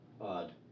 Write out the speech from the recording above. Odd